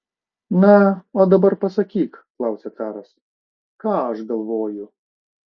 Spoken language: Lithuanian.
na o dabar pasakyk klausia caras ką aš galvoju